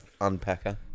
unpacker